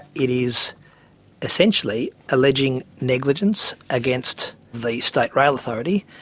it is essentially alleging negligence against the state rail authority,